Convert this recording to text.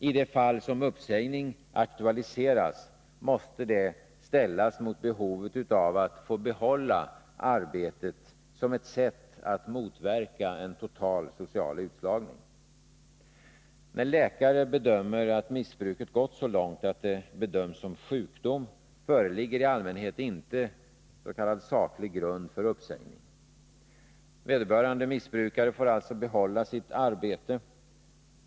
I de fall som uppsägning aktualiseras måste det ställas mot behovet att få behålla arbetet som ett sätt att motverka en total social utslagning. När läkare bedömer att missbruket gått så långt att det är fråga om en sjukdom, föreligger i allmänhet inte s.k. saklig grund för uppsägning. Vederbörande missbrukare får alltså behålla sitt arbete.